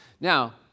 Now